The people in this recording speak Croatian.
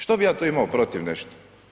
Što bi ja tu imao protiv nešto?